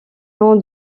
nom